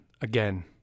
again